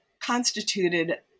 constituted